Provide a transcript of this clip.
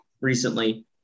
recently